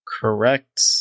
correct